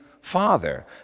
Father